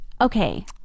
Okay